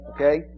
Okay